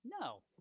No